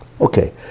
Okay